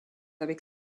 avec